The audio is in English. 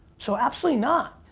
so absolutely not.